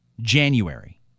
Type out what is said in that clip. January